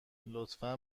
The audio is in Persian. لطفا